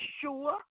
sure